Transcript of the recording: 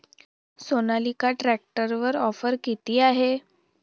सोनालिका ट्रॅक्टरवर ऑफर किती आहे?